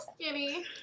skinny